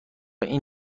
این